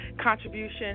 contribution